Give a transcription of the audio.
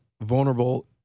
vulnerable